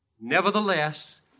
Nevertheless